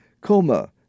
coma